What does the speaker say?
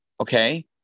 okay